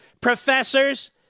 professors